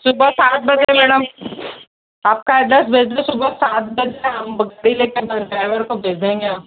सुबह सात बजे मैडम आपका एड्रेस भेज दो सुबह सात बजे हम गाड़ी ले कर ड्राइवर को भेज देंगे हम